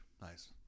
Nice